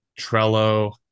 Trello